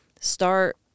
start